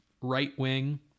right-wing